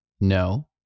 no